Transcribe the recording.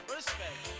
respect